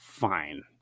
fine